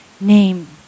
name